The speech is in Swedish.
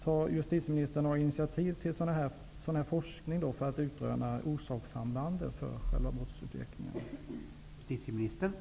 Kommer justitieministern att ta några initiativ till forskning för att utröna orsakssambanden när det gäller brottsutveckling?